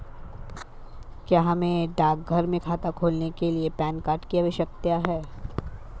क्या हमें डाकघर में खाता खोलने के लिए पैन कार्ड की आवश्यकता है?